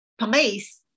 place